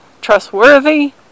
trustworthy